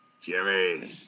Jimmy